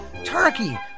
turkey